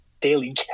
daily